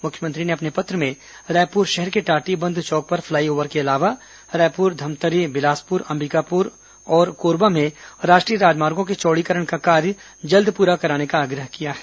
मुख्यमंत्री ने अपने पत्र में रायपुर शहर के टाटीबंध चौक पर फ्लाई ओवर के अलावा रायपुर धमतरी बिलासपुर अम्बिकापुर और कोरबा में राष्ट्रीय राजमार्गों के चौड़ीकरण का कार्य जल्द प्ररा कराने का आग्रह किया है